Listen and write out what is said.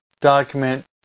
document